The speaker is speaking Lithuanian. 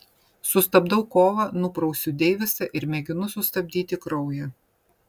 sustabdau kovą nuprausiu deivisą ir mėginu sustabdyti kraują